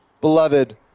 Beloved